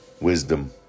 wisdom